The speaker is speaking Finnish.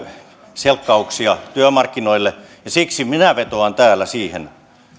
selkkauksia työmarkkinoille ja siksi minä vetoan täällä siihen